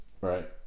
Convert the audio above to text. Right